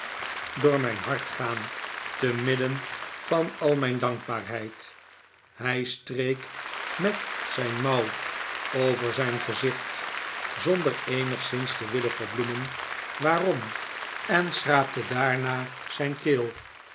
door mijn hart gaan te midden van al mijn dankbaarheid hij streek met zijn mouw over zijn gezicht zonder eenigszins te willen verbloemen waarom en schraapte daarna zijn keel